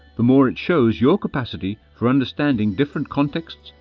the more it shows your capacity for understanding different contexts,